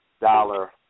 Dollar